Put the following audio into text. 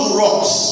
rocks